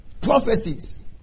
Prophecies